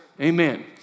Amen